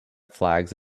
flags